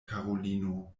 karulino